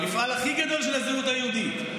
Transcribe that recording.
המפעל הכי גדול של הזהות היהודית,